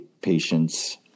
patients